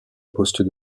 poste